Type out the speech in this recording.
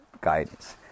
guidance